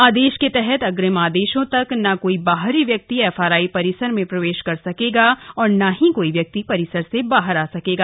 आदेश के तहत अग्रिम आदेशों तक ना कोई बाहरी व्यक्ति एफआरआई परिसर में प्रवेश कर सकेगा और ना ही कोई व्यक्ति परिसर से बाहर आ सकेगा